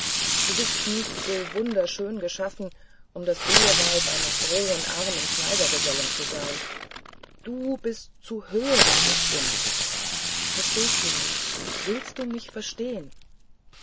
du bist nicht so wunderschön geschaffen um das eheweib eines rohen armen schneidergesellen zu sein du bist zu höherem bestimmt verstehst du mich willst du mich verstehen